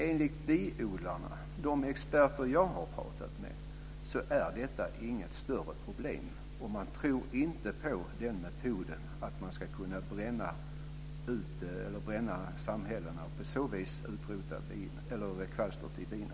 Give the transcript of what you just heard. Enligt biodlarna och de experter jag har pratat med är detta inget större problem, och man tror inte på metoden att bränna samhällena och på så vis utrota kvalstret i bina.